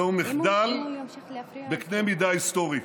זהו מחדל בקנה מידה היסטורי.